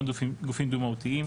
גם גופים דו-מהותיים.